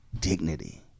dignity